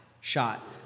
shot